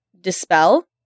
dispel